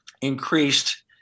increased